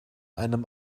einem